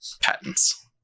patents